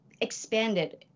expanded